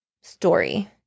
story